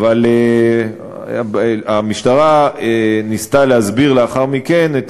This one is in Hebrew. אבל המשטרה ניסתה להסביר לאחר מכן את